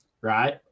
right